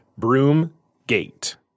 Broomgate